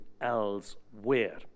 elsewhere